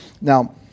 Now